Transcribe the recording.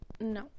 No